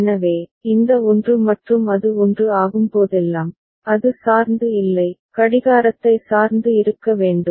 எனவே இந்த 1 மற்றும் அது 1 ஆகும்போதெல்லாம் அது சார்ந்து இல்லை கடிகாரத்தை சார்ந்து இருக்க வேண்டும்